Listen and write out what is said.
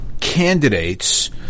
candidates